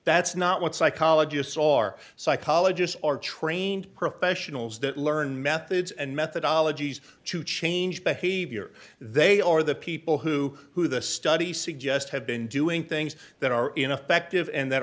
that's not what psychologists or psychologists are trained professionals that learn methods and methodology to change behavior they are the people who who the studies suggest have been doing things that are ineffective and that